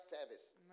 service